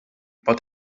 pot